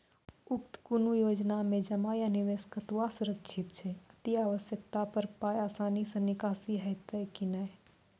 उक्त कुनू योजना मे जमा या निवेश कतवा सुरक्षित छै? अति आवश्यकता पर पाय आसानी सॅ निकासी हेतै की नै?